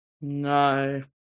No